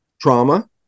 Trauma